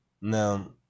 Now